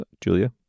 julia